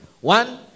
one